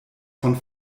von